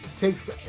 takes